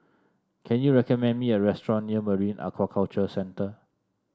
can you recommend me a restaurant near Marine Aquaculture Centre